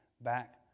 back